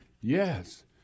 Yes